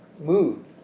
mood